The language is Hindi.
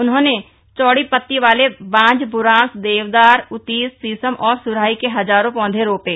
उन्होंने चौड़ी पत्ती वाले बांज बुरांश देवदार उतीस शीशम और सुराही के हजारों पौधे रोपे